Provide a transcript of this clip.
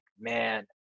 man